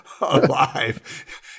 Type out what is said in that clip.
alive